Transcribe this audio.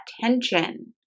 tension